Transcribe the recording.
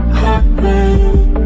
heartbreak